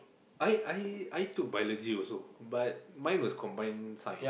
I I I took biology also but mine was combine science